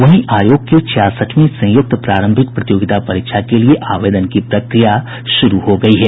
वहीं आयोग की छियासठवीं संयुक्त प्रारंभिक प्रतियोगिता परीक्षा के लिए आवेदन की प्रक्रिया शुरू हो गयी है